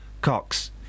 Cox